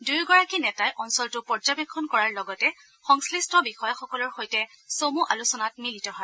দুয়োগৰাকী নেতাই অঞ্চলটো পৰ্যাবেক্ষণ কৰাৰ লগতে সংশ্লিষ্ট বিষয়াসকলৰ সৈতে চমু আলোচনাত মিলিত হয়